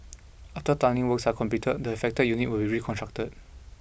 after tunnelling works are completed the affected unit will be reconstructed